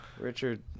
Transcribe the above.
Richard